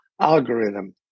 algorithm